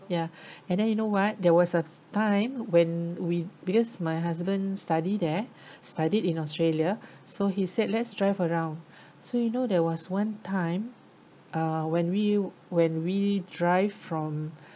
ya and then you know what there was a time when we because my husband study there study in australia so he said let's drive around so you know there was one time uh when we when we drive from